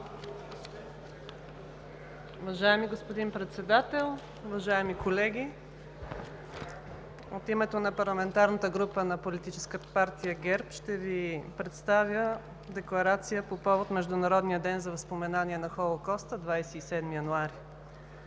Уважаеми господин Председател, уважаеми колеги! От името на парламентарната група на Политическа партия ГЕРБ ще Ви представя декларация по повод Международния ден за възпоменание на Холокоста – 27 януари.